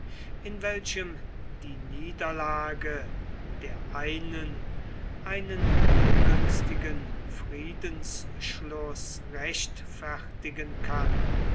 in welchem die niederlage der einen einen ungünstigen friedensschluß rechtfertigen kann